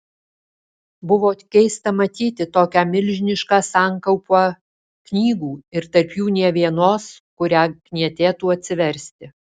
buvo keista matyti tokią milžinišką sankaupą knygų ir tarp jų nė vienos kurią knietėtų atsiversti